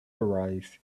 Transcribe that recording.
arise